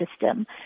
system